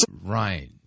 Right